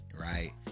right